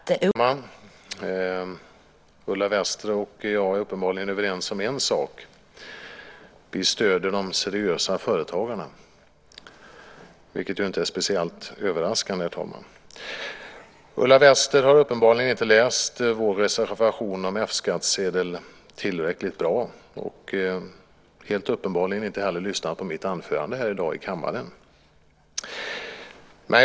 Herr talman! Ulla Wester och jag är uppenbarligen överens om en sak. Vi stöder de seriösa företagarna, vilket ju inte är speciellt överraskande. Ulla Wester har tydligen inte läst vår reservation om F-skattsedel tillräckligt noga, och inte heller har hon lyssnat på mitt anförande här i kammaren i dag. Herr talman!